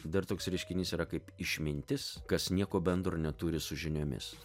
dar toks reiškinys yra kaip išmintis kas nieko bendro neturi su žiniomis